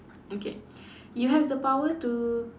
okay you have the power to